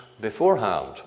beforehand